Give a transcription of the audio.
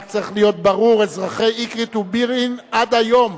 רק צריך להיות ברור: אזרחי אקרית ובירעם עד היום,